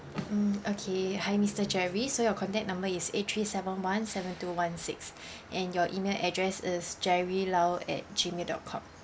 mm okay hi mister jerry so your contact number is A three seven one seven two one six and your email address is jerry lao at Gmail dot com